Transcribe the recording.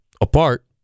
apart